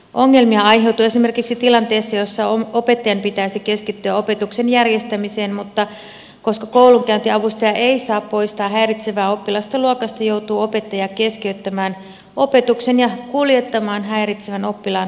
ongelmia aiheutuu esimerkiksi tilanteessa jossa opettajan pitäisi keskittyä opetuksen järjestämiseen mutta koska koulunkäyntiavustaja ei saa poistaa häiritsevää oppilasta luokasta joutuu opettaja keskeyttämään opetuksen ja kuljettamaan häiritsevän oppilaan pois luokasta